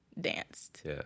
danced